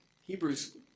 Hebrews